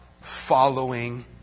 following